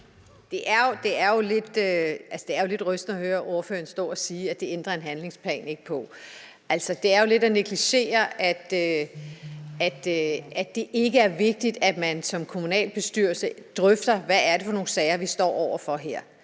Det er lidt rystende at høre ordføreren stå og sige, at det ændrer en handlingsplan ikke på. Det er jo lidt at negligere, at det ikke er vigtigt, at man som kommunalbestyrelse drøfter, hvad det er for nogle sager, man står over for.